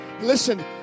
Listen